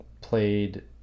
played